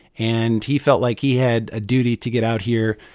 and he felt like he had a duty to get out here,